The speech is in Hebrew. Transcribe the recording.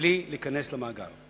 מבלי להיכלל במאגר.